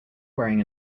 wearing